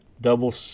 double